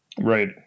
Right